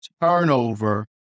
turnover